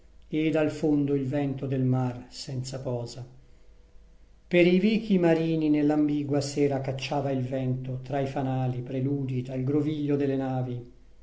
dal fondo il vento del mar senza posa canti orfici dino campana per i vichi marini nell'ambigua sera cacciava il vento tra i fanali preludii dal groviglio delle navi